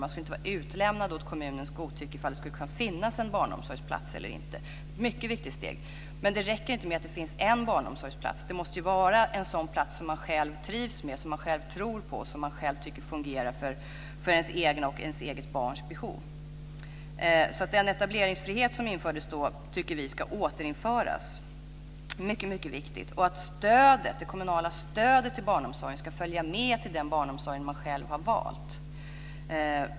Man skulle inte vara utlämnad åt kommunens godtycke om det skulle finnas en barnomsorgsplats eller inte. Det är ett mycket viktigt steg. Det räcker inte med att det finns en barnomsorgsplats. Det måste vara en plats som man själv trivs med, som man själv tror på och som man tycker fungerar för ens eget barns behov. Den etableringsfrihet som infördes då tycker vi ska återinföras. Det är mycket viktigt. Det kommunala stödet till barnomsorg ska följa med till den barnomsorg man själv har valt.